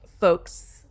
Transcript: folks